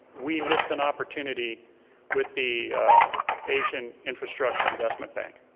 we missed an opportunity with the asian infrastructure investment bank.